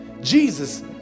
Jesus